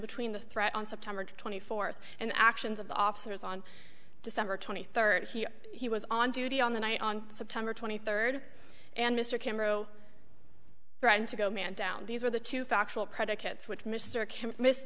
between the threat on september twenty fourth and the actions of the officers on december twenty third he he was on duty on the night on september twenty third and mr cameron threatened to go man down these were the two factual predicates which mr